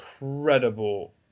incredible